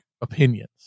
opinions